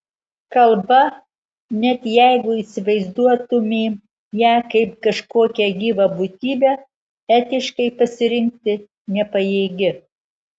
kalba net jeigu įsivaizduotumėm ją kaip kažkokią gyvą būtybę etiškai pasirinkti nepajėgi